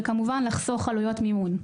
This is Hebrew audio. וכמובן לחסוך עלויות ניהול.